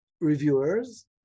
reviewers